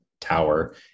tower